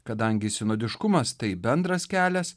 kadangi sinodiškumas tai bendras kelias